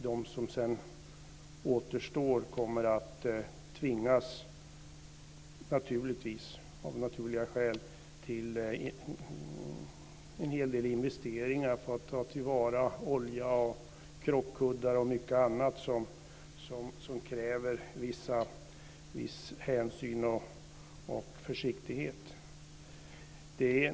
De som sedan återstår kommer av naturliga skäl att tvingas till en hel del investeringar för att ta till vara olja, krockkuddar och mycket annat som kräver viss hänsyn och försiktighet.